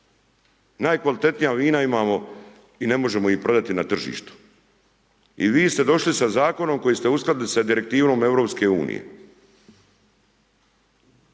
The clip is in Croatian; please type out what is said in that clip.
Najkvalitetnija vina imamo i ne možemo ih prodati na tržištu i vi ste došli sa zakonom koji ste uskladili sa direktivom EU